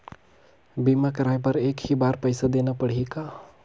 बीमा कराय बर एक ही बार पईसा देना पड़ही का?